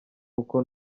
uko